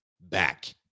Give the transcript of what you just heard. back